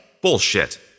Bullshit